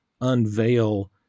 unveil